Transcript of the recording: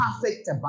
perfect